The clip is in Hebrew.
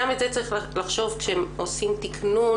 גם על זה צריך לחשוב כשעושים תיקנון,